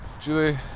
Julie